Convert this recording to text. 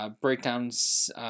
breakdowns